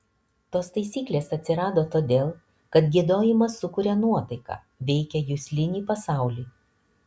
tos taisyklės atsirado todėl kad giedojimas sukuria nuotaiką veikia juslinį pasaulį